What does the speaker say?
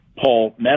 Paul